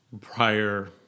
prior